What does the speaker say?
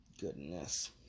Goodness